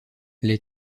les